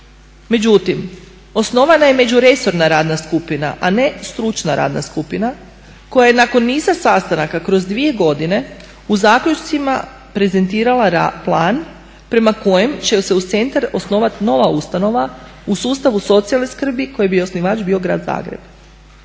Međutim, osnovana je međuresorna radna skupina a ne stručna radna skupina koja je nakon niza sastanaka kroz dvije godine u zaključcima prezentirala plan prema kojem će se uz centar osnovati nova ustanova u sustavu socijalne skrbi koji bi osnivač bio Grad Zagreb.